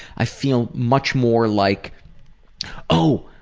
i feel much more like oh,